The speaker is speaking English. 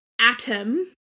atom